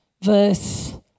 verse